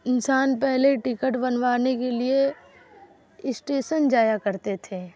انسان پہلے ٹکٹ بنوانے کے لیے اسٹیسن جایا کرتے تھے